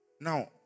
Now